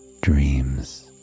dreams